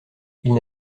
ils